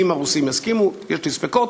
אם הרוסים יסכימו, יש לי ספקות,